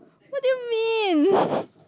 what do you mean